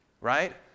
Right